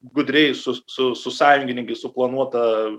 gudriai su su su sąjungininkais suplanuota